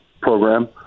program